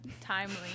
timely